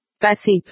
Passive